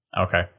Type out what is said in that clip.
okay